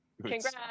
Congrats